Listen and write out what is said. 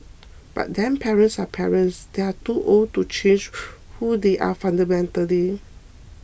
but then parents are parents they are too old to change who they are fundamentally